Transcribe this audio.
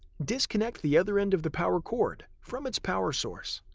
disconnect the other end of the power cord from its power source.